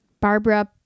Barbara